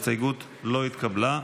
ההסתייגות לא התקבלה.